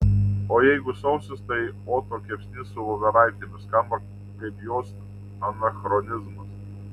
o jeigu sausis tai oto kepsnys su voveraitėmis skamba kaip jos anachronizmas